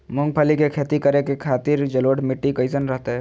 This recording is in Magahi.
मूंगफली के खेती करें के खातिर जलोढ़ मिट्टी कईसन रहतय?